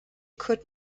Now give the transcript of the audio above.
could